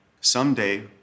someday